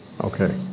okay